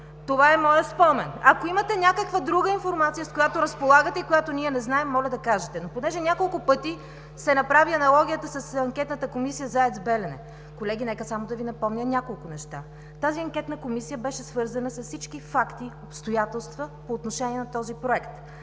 Това е моят спомен. Ако имате някаква друга информация, с която разполагате и която ние не знаем, моля да кажете. Понеже няколко пъти се направи аналогията с Анкетната комисия за „АЕЦ „Белене“, колеги, нека да Ви напомня няколко неща. Тази Анкетна комисия беше свързана с всички факти и обстоятелства по отношение на този Проект.